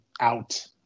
out